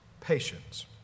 patience